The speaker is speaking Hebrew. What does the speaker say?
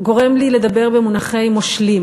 גורם לי לדבר במונחי מושלים.